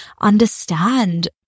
understand